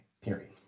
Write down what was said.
Period